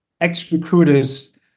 ex-recruiters